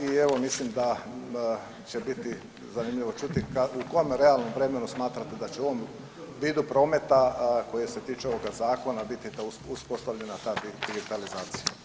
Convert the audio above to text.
I evo mislim da će biti zanimljivo čuti u kojem realnom vremenu smatrate da će u ovom vidu prometa koji se tiče ovoga zakona biti uspostavljena ta digitalizacija.